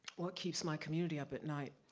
what keeps my community up at night.